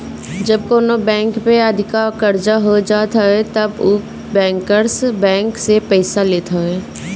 जब कवनो बैंक पे अधिका कर्जा हो जात हवे तब उ बैंकर्स बैंक से पईसा लेत हवे